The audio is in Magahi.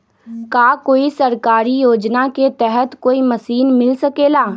का कोई सरकारी योजना के तहत कोई मशीन मिल सकेला?